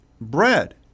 bread